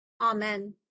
Amen